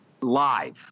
live